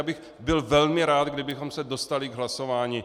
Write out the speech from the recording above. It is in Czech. Byl bych velmi rád, kdybychom se dostali k hlasování.